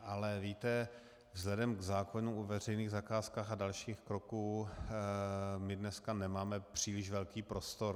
Ale víte, vzhledem k zákonu o veřejných zakázkách a dalších kroků, my dneska nemáme příliš velký prostor.